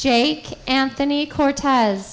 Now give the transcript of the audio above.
jake anthony cortez